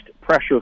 pressure